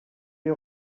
les